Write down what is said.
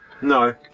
No